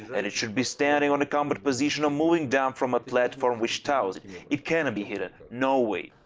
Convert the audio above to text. and it should be standing on a combat position, or moving down from a platform which tows it. it cannot be hidden, no way.